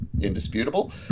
indisputable